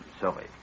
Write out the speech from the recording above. sorry